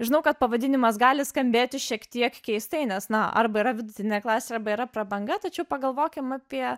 žinau kad pavadinimas gali skambėti šiek tiek keistai nes na arba yra vidutinė klasė arba yra prabanga tačiau pagalvokim apie